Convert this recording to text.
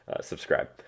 subscribe